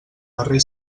darrer